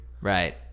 Right